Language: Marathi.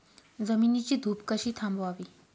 जमिनीची धूप कशी थांबवावी?